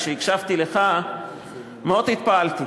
שכשהקשבתי לך מאוד התפעלתי.